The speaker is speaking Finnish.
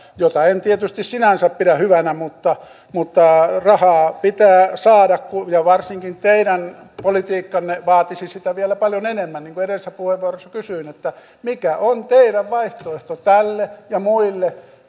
jota en tietysti sinänsä pidä hyvänä mutta mutta rahaa pitää saada ja varsinkin teidän politiikkanne vaatisi sitä vielä paljon enemmän niin kuin edellisessä puheenvuorossa kysyin mikä on teidän vaihtoehtonne tälle ja muille